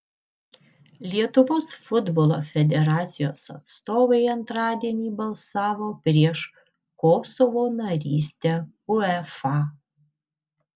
lietuvos futbolo federacijos atstovai antradienį balsavo prieš kosovo narystę uefa